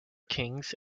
kings